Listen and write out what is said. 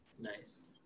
Nice